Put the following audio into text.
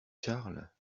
charles